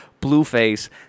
Blueface